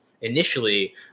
initially